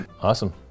Awesome